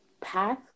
path